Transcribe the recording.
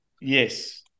Yes